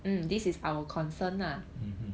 mmhmm